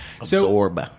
Absorb